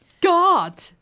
God